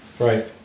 Right